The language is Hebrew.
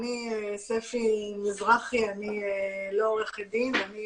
אני ספי מזרחי, אני לא עורכת דין, אני